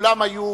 שכולם היו